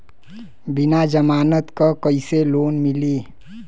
बिना जमानत क कइसे लोन मिली?